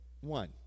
one